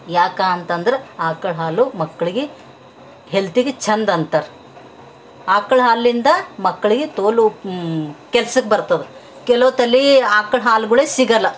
ಯಾಕೆ ಅಂತಂದ್ರೆ ಆಕಳ ಹಾಲು ಮಕ್ಕಳಿಗೆ ಹೆಲ್ತಿಗೆ ಚಂದಂತರ ಆಕಳ ಹಾಲಿಂದ ಮಕ್ಳಿಗೆ ತೋಲು ಕೆಲ್ಸಕ್ಕೆ ಬರ್ತದೆ ಕೆಲವೊತ್ತಲ್ಲಿ ಆಕಳ ಹಾಲುಗಳೇ ಸಿಗಲ್ಲ